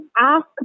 ask